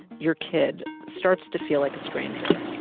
your kid, starts to feel like a stranger?